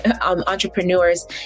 entrepreneurs